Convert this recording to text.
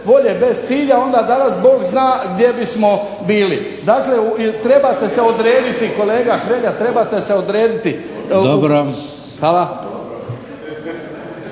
volje, bez cilja onda danas Bog zna gdje bismo bili. Dakle, trebate se odrediti, kolega Hrelja, trebate se odrediti. Hvala.